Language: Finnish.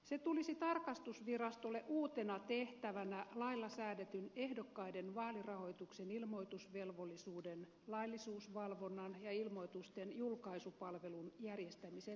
se tulisi tarkastusvirastolle uutena tehtävänä lailla säädetyn ehdokkaiden vaalirahoituksen ilmoitusvelvollisuuden laillisuusvalvonnan ja ilmoitusten julkaisupalvelun järjestämisen lisäksi